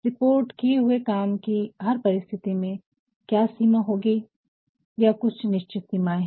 report में किये हुए काम की हर परिस्थिति में क्या सीमा होगी या कुछ निश्चित सीमाएं हैं